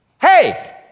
Hey